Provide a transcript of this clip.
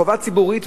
חובה ציבורית,